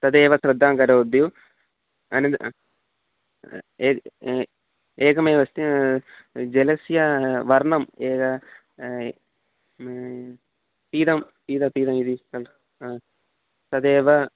तदेव श्रद्धां करोतु अनन्तरं एकं एकमेव अस्ति जलस्य वर्णम् एकं पीतं पीतं पीतमिति तदेव